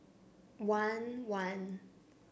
one one